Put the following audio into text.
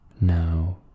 Now